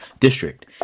district